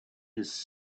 his